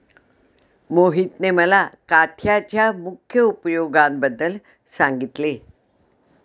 मोहितने मला काथ्याच्या मुख्य उपयोगांबद्दल सांगितले